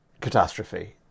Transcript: catastrophe